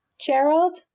Gerald